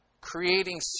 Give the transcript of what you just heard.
creating